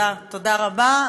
תודה רבה.